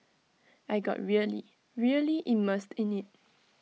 I got really really immersed in IT